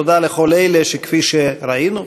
תודה לכל אלה שכפי שראינו,